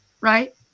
right